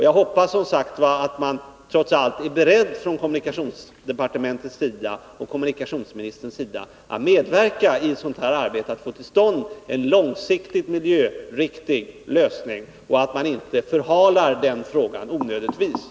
Jag hoppas, som sagt, att kommunikationsministern är beredd att medverka i arbetet på att få till stånd en långsiktigt miljöriktig lösning och att man inte onödigtvis förhalar arbetet med frågan.